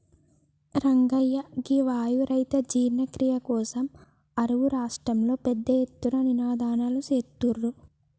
రంగయ్య గీ వాయు రహిత జీర్ణ క్రియ కోసం అరువు రాష్ట్రంలో పెద్ద ఎత్తున నినాదలు సేత్తుర్రు